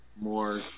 more